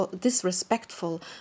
disrespectful